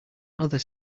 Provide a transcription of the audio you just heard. other